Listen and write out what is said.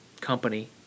company